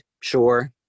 sure